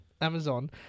Amazon